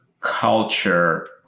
culture